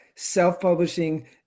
self-publishing